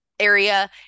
area